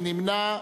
מי נמנע?